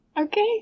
Okay